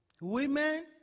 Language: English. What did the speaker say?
Women